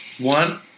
One